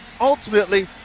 ultimately